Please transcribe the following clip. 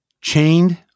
chained